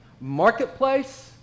marketplace